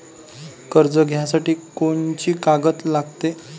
कर्ज घ्यासाठी कोनची कागद लागते?